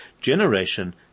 Generation